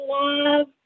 love